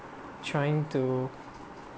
trying to